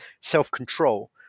self-control